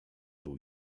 był